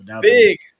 Big